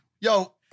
yo